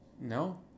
No